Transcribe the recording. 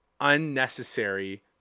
unnecessary